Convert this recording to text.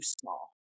small